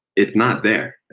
it's not there.